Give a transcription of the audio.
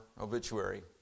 obituary